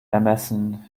ermessen